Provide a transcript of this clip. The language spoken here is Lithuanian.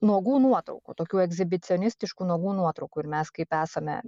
nuogų nuotraukų tokių egzibicionistiškų nuogų nuotraukų ir mes kaip esame